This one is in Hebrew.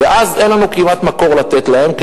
ואז אין לנו כמעט מקור לתת להם,